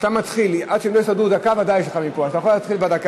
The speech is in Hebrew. אדוני היושב-ראש, אני לא רואה את שר